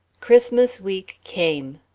christmas week came.